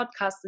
podcast